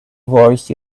voice